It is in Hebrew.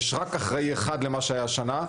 יש רק אחראי אחד למה שהיה השנה,